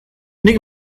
nik